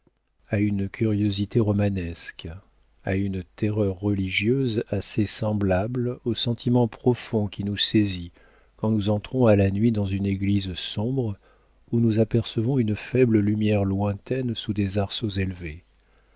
à une curiosité romanesque à une terreur religieuse assez semblable au sentiment profond qui nous saisit quand nous entrons à la nuit dans une église sombre où nous apercevons une faible lumière lointaine sous des arceaux élevés